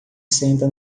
senta